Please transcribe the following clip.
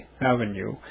Avenue